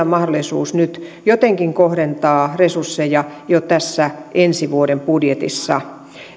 mahdollisuus nyt jotenkin kohdentaa resursseja jo tässä ensi vuoden budjetissa